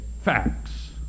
Facts